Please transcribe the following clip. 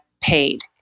paid